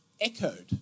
echoed